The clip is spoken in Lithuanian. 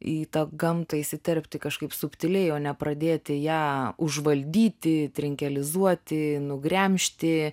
į tą gamtą įsiterpti kažkaip subtiliai o nepradėti ją užvaldyti trinkelizuoti nugremžti